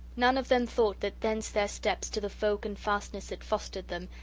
none of them thought that thence their steps to the folk and fastness that fostered them,